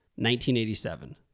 1987